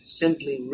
simply